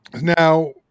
Now